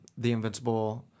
theinvincible